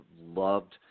loved